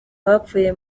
hapfuye